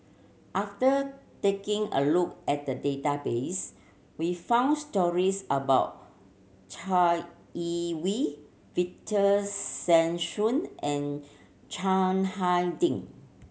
after taking a look at the database we found stories about Chai Yee Wei Victor Sassoon and Chiang Hai Ding